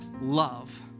love